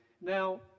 Now